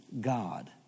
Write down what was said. God